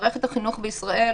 מערכת החינוך בישראל